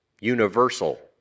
Universal